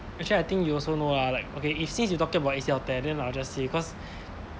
actually I think you also know ah like okay if since you talking about A_C_L tear then I'll just say cause